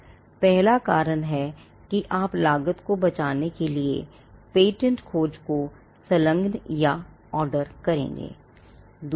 यह पहला कारण है कि आप लागत को बचाने के लिए पेटेंट खोज को संलग्न या ऑर्डर करेंगे